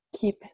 keep